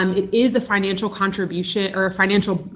um it is a financial contributio or a financial